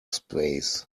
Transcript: space